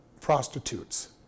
prostitutes